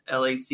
LAC